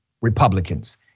Republicans